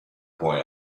boy